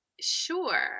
Sure